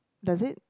does it